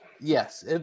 Yes